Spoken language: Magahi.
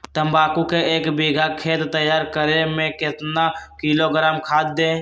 तम्बाकू के एक बीघा खेत तैयार करें मे कितना किलोग्राम खाद दे?